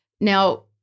Now